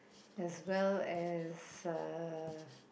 as well as uh